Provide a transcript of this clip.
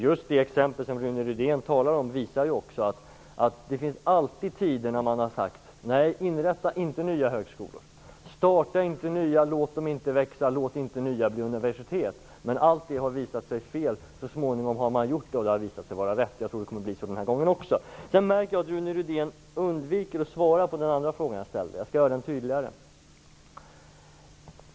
Just det exempel Rune Rydén väljer visar ju också att det alltid finns tider när man har sagt: Nej, inrätta inte nya högskolor, starta inte nya, låt dem inte växa, låta inte fler av dem bli universitet. Men allt det har visat sig fel. Så småningom har sådana satsningar gjorts, och det har visat sig vara rätt. Jag tror att det kommer att bli så den här gången också. Jag märker att Rune Rydén undviker att svara på den andra frågan jag ställde. Jag skall göra den tydligare.